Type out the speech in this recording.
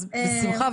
אז בשמחה.